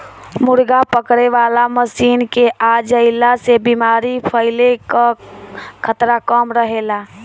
मुर्गा पकड़े वाला मशीन के आ जईला से बेमारी फईले कअ खतरा कम रहेला